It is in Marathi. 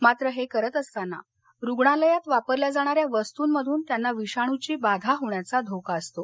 मात्र हे करत असताना रुग्णालयात वापरल्या जाणाऱ्या वस्तूंमधून त्यांना विषाणूची बाधा होण्याचा धोका असतो